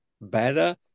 better